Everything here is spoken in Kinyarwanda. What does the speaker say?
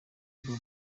album